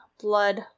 blood